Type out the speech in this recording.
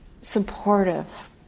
supportive